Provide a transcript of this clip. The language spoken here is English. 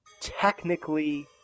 technically